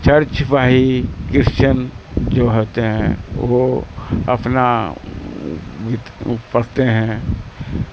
church بھائی Christian جو ہوتے ہیں وہ اپنا پڑھتے ہیں